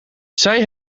zij